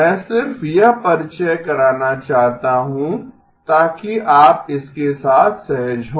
मैं सिर्फ यह परिचय कराना चाहता हूं ताकि आप इसके साथ सहज हो